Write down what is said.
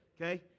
Okay